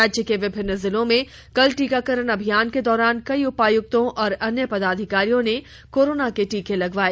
राज्य के विभिन्न जिलों में कल टीकाकरण अभियान के दौरान कई उपायुक्तों और अन्य पदाधिकारियों ने कोरोना के टीके लगवाए